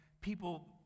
people